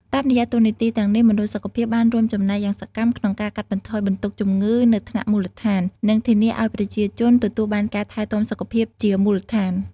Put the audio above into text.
តាមរយៈតួនាទីទាំងនេះ មណ្ឌលសុខភាពបានរួមចំណែកយ៉ាងសកម្មក្នុងការកាត់បន្ថយបន្ទុកជំងឺនៅថ្នាក់មូលដ្ឋាន និងធានាឱ្យប្រជាជនទទួលបានការថែទាំសុខភាពជាមូលដ្ឋាន។